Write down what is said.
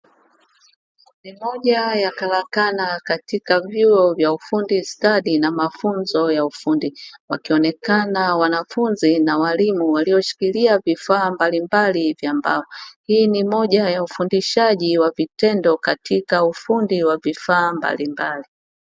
Ni moja ya karakana katika vyuo vya ufundi stadi na mafunzo ya ufundi, wakionekana wanafunzi na walimu walioshikilia vifaa mbalimbali vya mbao. Hii ni moja ya ufundishaji wa vitendo katika ufundi wa vifaa mbalimbali.